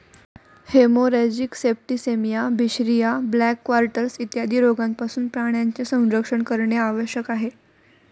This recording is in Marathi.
हेमोरॅजिक सेप्टिसेमिया, बिशरिया, ब्लॅक क्वार्टर्स इत्यादी रोगांपासून प्राण्यांचे संरक्षण करणे आवश्यक आहे